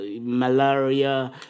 malaria